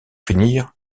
finir